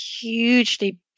hugely